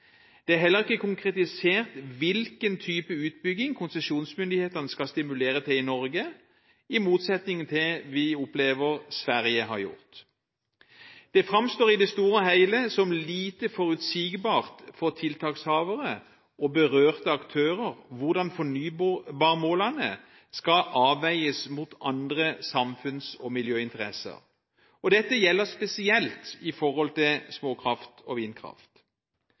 Det er heller ikke konkretisert hvilken type utbygging konsesjonsmyndighetene skal stimulere til i Norge – i motsetning til det vi opplever Sverige har gjort. Det framstår i det store og hele som lite forutsigbart for tiltakshavere og berørte aktører hvordan fornybarmålene skal avveies mot andre samfunns- og miljøinteresser. Dette gjelder spesielt i forhold til småkraft og vindkraft.